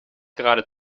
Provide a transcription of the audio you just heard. gerade